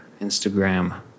Instagram